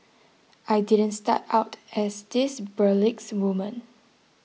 I didn't start out as this burlesque woman